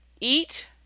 Eat